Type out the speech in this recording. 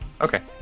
okay